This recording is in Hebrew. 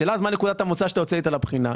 השאלה מה נקודת המוצא שאתה יוצא איתה לבחינה.